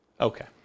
okay